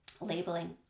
labeling